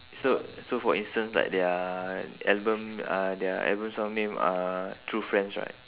so so for instance like their album uh their album song name uh true friends right